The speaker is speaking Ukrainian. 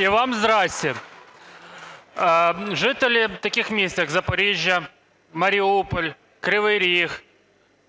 І вам здрастє. Жителі таких міст як Запоріжжя, Маріуполь, Кривий Ріг,